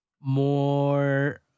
more